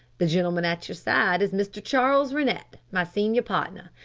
the gentleman at your side is mr. charles rennett, my senior partner.